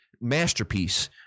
Masterpiece